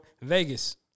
Vegas